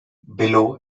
below